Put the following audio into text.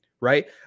right